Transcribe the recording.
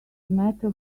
matter